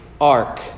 ark